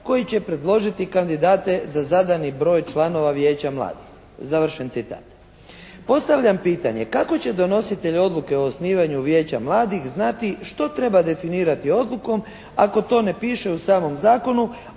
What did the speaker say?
koji će predložiti kandidate za zadani broj članova vijeća mladih.", završen citat. Postavljam pitanje kako će donositelj odluke o osnivanju vijeća mladih znati što treba definirati odlukom ako to ne piše u samom zakonu,